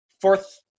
fourth